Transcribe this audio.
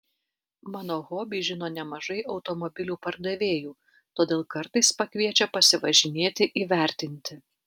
mano hobį žino nemažai automobilių pardavėjų todėl kartais pakviečia pasivažinėti įvertinti